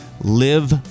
live